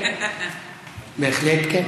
בהחלט כן.